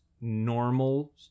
normal